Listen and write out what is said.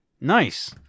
Nice